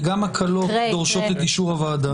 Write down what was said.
וגם הקלות דורשות את אישור הוועדה.